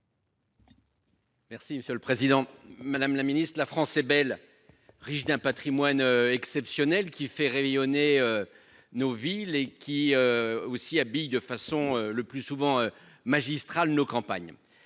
Merci, monsieur le Président Madame la Ministre. La France est belle, riche d'un Patrimoine exceptionnel qui fait rayonner. Nos villes et qui. Aussi habille de façon le plus souvent magistral nos campagnes.